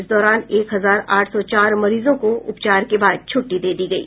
इस दौरान एक हजार आठ सौ चार मरीजों को उपचार के बाद छुंट्टी दे दी गयी